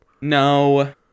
No